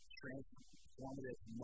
transformative